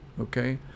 Okay